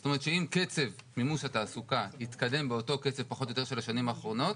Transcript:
זאת אומרת שאם קצב מימוש התעסוקה מתקדם באותו קצב של השנים האחרונות,